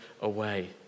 away